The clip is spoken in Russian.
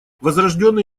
возрожденный